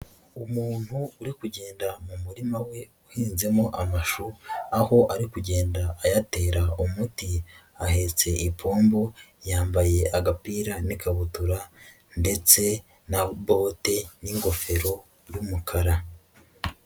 Umuntu uri kugenda mu murima we uhinzemo amashu, aho ari kugenda ayatera umuti, ahetse ipombo yambaye agapira n'ikabutura ndetse na bote n'ingofero y'umukara.